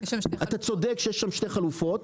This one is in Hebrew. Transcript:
אתה צודק שיש שם שתי חלופות,